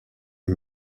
est